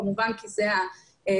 כמובן כי זה הצורך.